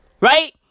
Right